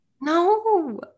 No